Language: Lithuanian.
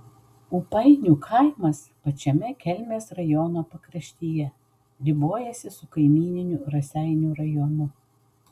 ūpainių kaimas pačiame kelmės rajono pakraštyje ribojasi su kaimyniniu raseinių rajonu